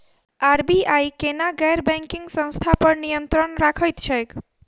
RBI केना गैर banking संस्था पर नियत्रंण राखैत छैक?